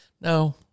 No